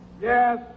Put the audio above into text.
yes